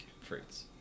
fruits